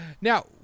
Now